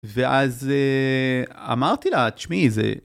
ואז אמרתי לה תשמעי זה.